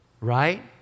right